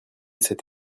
cet